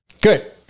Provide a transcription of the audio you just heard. Good